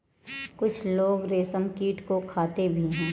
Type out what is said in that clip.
कुछ लोग रेशमकीट को खाते भी हैं